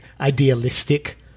idealistic